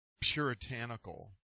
puritanical